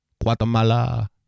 Guatemala